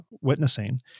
witnessing